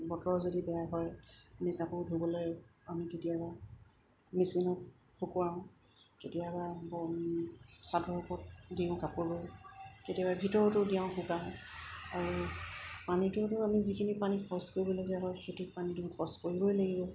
বতৰ যদি বেয়া হয় আমি কাপোৰ ধুবলৈ আমি কেতিয়াবা মেচিনত শুকুৱাওঁ কেতিয়াবা চাদৰ ওপৰত দিওঁ কাপোৰো কেতিয়াবা ভিতৰতো দিয়াওঁ শুকুৱাওঁ আৰু পানীটোতো আমি যিখিনি পানী খৰচ কৰিবলগীয়া হয় সেইটো পানীটো খৰচ কৰিবই লাগিব